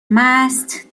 مست